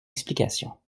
explication